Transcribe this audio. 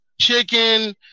chicken